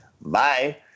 Bye